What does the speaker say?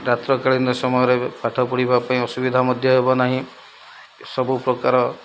ରାତ୍ରକାଳୀନ ସମୟରେ ପାଠ ପଢ଼ିବା ପାଇଁ ଅସୁବିଧା ମଧ୍ୟ ହେବ ନାହିଁ ସବୁ ପ୍ରକାର